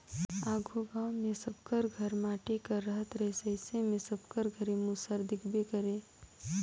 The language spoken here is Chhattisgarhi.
आघु गाँव मे सब कर घर माटी कर रहत रहिस अइसे मे सबकर घरे मूसर दिखबे करे